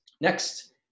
Next